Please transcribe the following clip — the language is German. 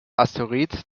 asteroid